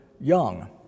young